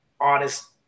honest